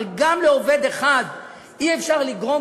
אבל גם לעובד אחד אי-אפשר לגרום,